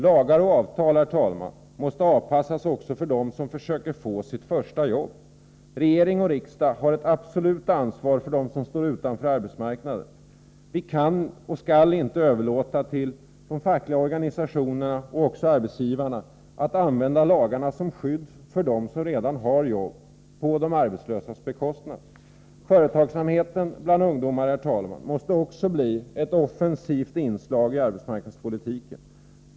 Lagar och avtal, herr talman, måste avpassas också för dem som försöker få sitt första jobb. Regering och riksdag har ett absolut ansvar för dem som står utanför arbetsmarknaden. Vi skall inte överlåta till de fackliga organisationerna och arbetsgivarna att använda lagarna som skydd för dem som redan har jobb på de arbetslösas bekostnad. Företagsamhet bland ungdomar måste bli ett annat offensivt inslag i arbetsmarknadspolitiken.